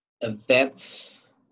events